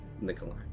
Nikolai